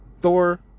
Thor